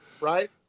right